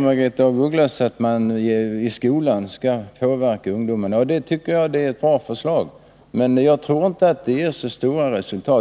Margaretha af Ugglas säger att skolan skall påverka ungdomen, och det tycker jag är ett bra förslag i och för sig, men jag tror inte att en sådan påverkan kan ge så stora resultat.